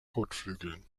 kotflügeln